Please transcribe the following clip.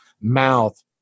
mouth